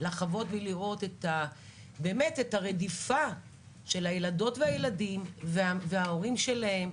לחוות ולראות באמת את הרדיפה של הילדות והילדים וההורים שלהם.